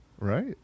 right